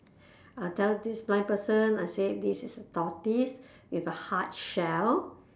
I'll tell this blind person I say this is a tortoise with a hard shell